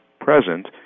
present